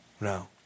No